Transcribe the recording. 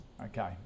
Okay